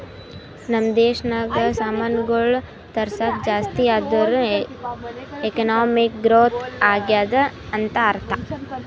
ನಮ್ ದೇಶನಾಗ್ ಸಾಮಾನ್ಗೊಳ್ ತರ್ಸದ್ ಜಾಸ್ತಿ ಆದೂರ್ ಎಕಾನಮಿಕ್ ಗ್ರೋಥ್ ಆಗ್ಯಾದ್ ಅಂತ್ ಅರ್ಥಾ